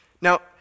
Now